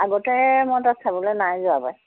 আগতে মই তাত চাবলৈ নাই যোৱা পায়